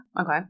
Okay